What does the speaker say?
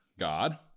God